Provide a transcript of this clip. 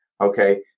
Okay